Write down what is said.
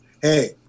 hey